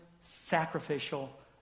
sacrificial